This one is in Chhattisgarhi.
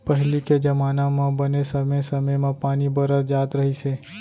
पहिली के जमाना म बने समे समे म पानी बरस जात रहिस हे